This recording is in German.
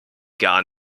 gar